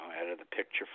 out-of-the-picture